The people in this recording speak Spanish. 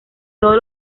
todos